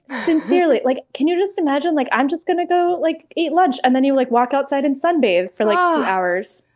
sincerely. like can you just imagine like, i'm just going to go like eat lunch, and then you like walk outside and sunbathe for like two um hours?